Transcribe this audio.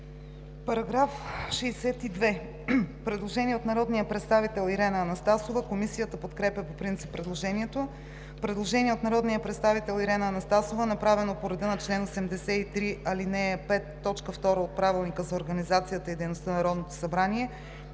По § 62 има предложение от народния представител Ирена Анастасова. Комисията подкрепя по принцип предложението. Предложение от народния представител Ирена Анастасова, направено по реда на чл. 83, ал. 5, т. 2 от Правилника за организацията и